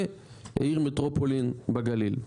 ועיר מטרופולין בגליל.